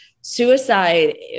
suicide